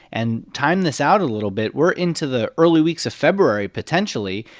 and time this out a little bit. we're into the early weeks of february, potentially.